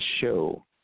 Show